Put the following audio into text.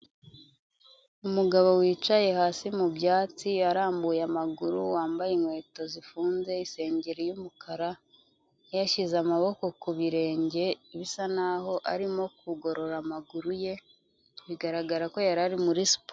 Umugabo wicaye hasi mu byatsi, arambuye amaguru wambaye inkweto zifunze, isengeri y'umukara, yashyize amaboko ku birenge, bisa naho arimo kugorora amaguru ye, bigaragara ko yari ari muri siporo.